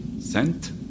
Sent